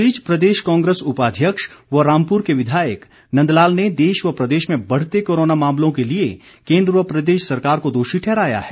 इस बीच प्रदेश कांग्रेस उपाध्यक्ष व रामपुर के विधायक नंद लाल ने देश व प्रदेश में बढ़ते कोरोना मामलों के लिए केन्द्र व प्रदेश सरकार को दोषी ठहराया है